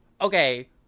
okay